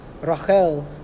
Rachel